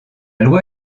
loi